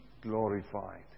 glorified